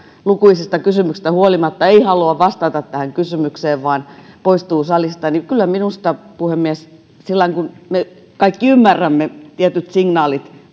lukuisista kysymyksistä huolimatta ei halua vastata tähän kysymykseen vaan parhaillaan poistuu salista kyllä minusta kun me kaikki ymmärrämme tietyt signaalit